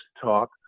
talk